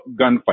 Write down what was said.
gunfight